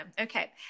Okay